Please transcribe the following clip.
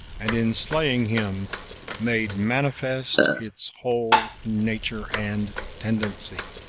and in slaying him made manifest its whole nature and tendency.